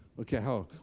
Okay